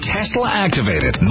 Tesla-activated